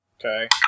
Okay